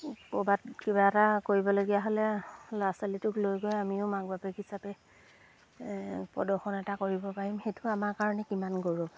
ক'ৰবাত কিবা এটা কৰিবলগীয়া হ'লে ল'ৰা ছোৱালীটোক লৈ গৈ আমিও মাক বাপেক হিচাপে প্ৰদৰ্শন এটা কৰিব পাৰিম সেইটো আমাৰ কাৰণে কিমান গৌৰৱ